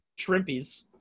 Shrimpies